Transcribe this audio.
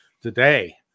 today